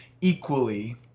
equally